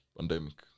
Pandemic